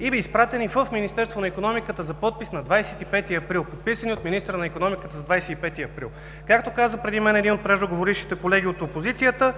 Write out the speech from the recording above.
и изпратени в Министерството на икономиката за подпис на 25 април, подписани са от министъра на икономиката на 25 април. Както каза преди мен един от преждеговорившите колеги от опозицията,